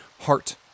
Heart